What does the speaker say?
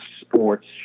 sports